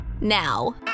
now